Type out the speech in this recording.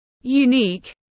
unique